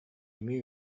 эмиэ